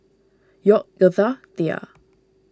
York Girtha Tia